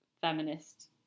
feminist